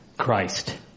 Christ